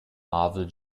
marvel